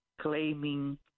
claiming